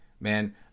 man